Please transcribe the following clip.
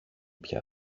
πια